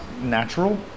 natural